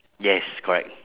yes correct